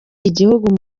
igihugu